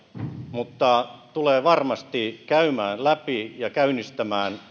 mutta tulevat varmasti käymään läpi ja